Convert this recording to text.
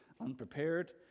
unprepared